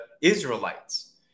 Israelites